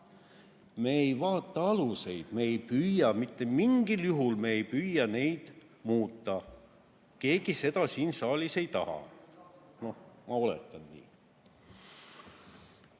Me ei vaata aluseid, me ei püüa, me mitte mingil juhul ei püüa neid muuta. Keegi seda siin saalis ei taha. Ma oletan nii.